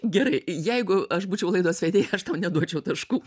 gerai jeigu aš būčiau laidos vedėja aš tau neduočiau taškų